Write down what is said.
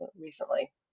recently